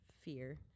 fear